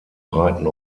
breiten